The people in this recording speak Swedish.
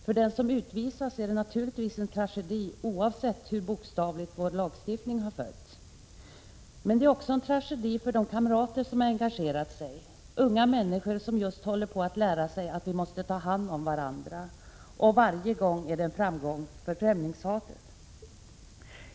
För den som utvisas är det naturligtvis en tragedi oavsett hur bokstavligt vår lagstiftning har följts. Men det är också en tragedi för de kamrater som har engagerat sig. De är unga människor som just håller på att lära sig att vi måste ta hand om varandra. Och varje gång är det en framgång för främlingshatet.